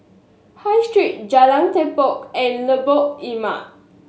High Street Jalan Tepong and Lengkok Empat